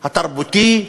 התרבותי,